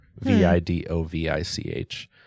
V-I-D-O-V-I-C-H